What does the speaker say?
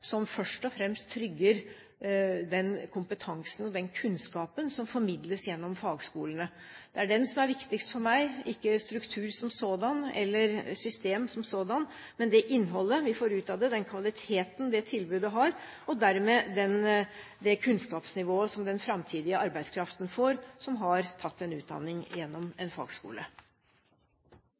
som først og fremst trygger den kompetansen og den kunnskapen som formidles gjennom fagskolene. Det er den som er viktigst for meg, ikke struktur som sådan eller system som sådant, men det innholdet vi får ut av det, den kvaliteten det tilbudet har, og dermed det kunnskapsnivået som den framtidige arbeidskraften får som har tatt en utdanning gjennom en fagskole.